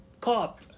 cop